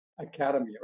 academy